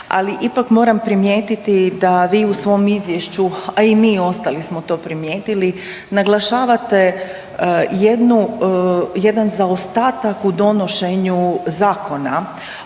ali ipak moram primijetiti da vi u svom izvješću, a i mi ostali smo to primijetili naglašavate jednu, jedan zaostatak u donošenju zakona